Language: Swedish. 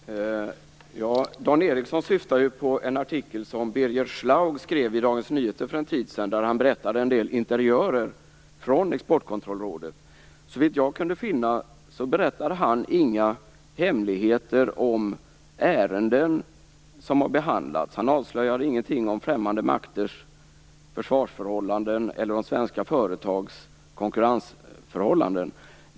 Fru talman! Dan Ericsson syftar ju på en artikel som Birger Schlaug skrev i Dagens Nyheter för en tid sedan, i vilken han berättade en del interiörer från Exportkontrollrådet. Såvitt jag kunde finna berättade han inga hemligheter om ärenden som har behandlats. Han avslöjade ingenting om främmande makters försvarsförhållanden eller om svenska företags konkurrensförhållanden.